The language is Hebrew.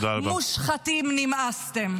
מושחתים נמאסתם.